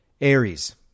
Aries